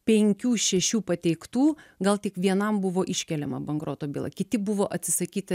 penkių šešių pateiktų gal tik vienam buvo iškeliama bankroto byla kiti buvo atsisakyta